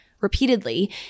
repeatedly